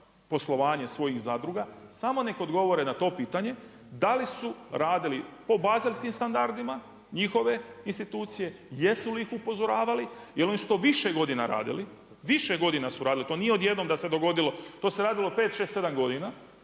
poslovanje svojih zadruga, samo neka odgovore na to pitanje. Da li su radili po Bazelskim standardima njihove institucija? Jesu li ih upozoravali jer oni su to više godina radili, više godina su radili. To nije odjednom da se dogodilo, to se radilo 5, 6, 7 godina.